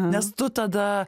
nes tu tada